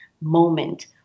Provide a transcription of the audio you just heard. moment